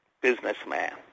businessman